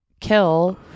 kill